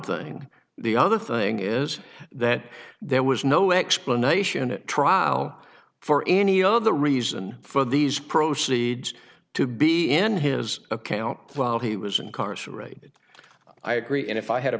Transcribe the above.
thing the other thing is that there was no explanation at trial for any other reason for these proceeds to be n his account while he was incarcerated i agree and if i had a